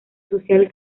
social